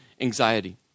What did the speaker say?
anxiety